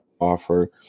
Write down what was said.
offer